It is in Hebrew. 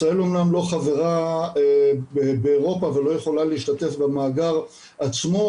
ישראל אמנם לא חברה באירופה ולא יכולה להשתתף במאגר עצמו,